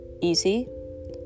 easy